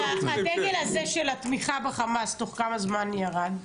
הדגל הזה של התמיכה בחמאס, תוך כמה זמן הוא ירד?